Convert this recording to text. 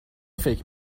فکر